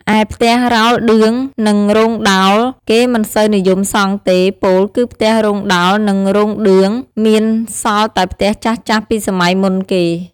ឯផ្ទះរោលឌឿង និង រោងដោល គេមិនសូវនិយមសង់ទេ ពោលគឺផ្ទះរោងដោលនិងរោងឌឿង មានសល់តែផ្ទះចាស់ៗពីសម័យមុនមក។